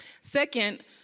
Second